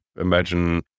imagine